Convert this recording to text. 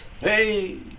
hey